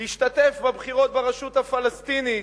להשתתף בבחירות לרשות הפלסטינית.